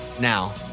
now